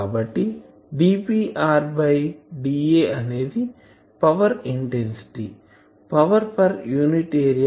కాబట్టి dPr dA అనేది power intensity power per unit area